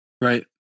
right